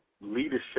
leadership